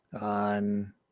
on